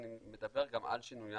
אני מדבר גם 'על שינוייו'.